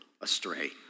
astray